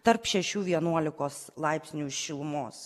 tarp šešių vienuolikos laipsnių šilumos